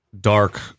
dark